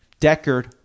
Deckard